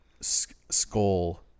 skull